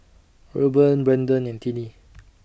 Rueben Brenden and Tinie